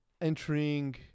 entering